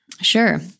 Sure